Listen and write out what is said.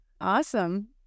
Awesome